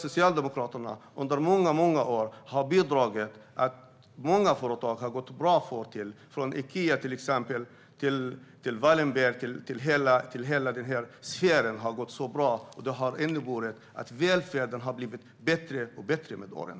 Socialdemokraterna har därför under många år bidragit till att det har gått bra för många företag, till exempel Ikea och hela Wallenbergsfären. Det har inneburit att välfärden har blivit allt bättre genom åren.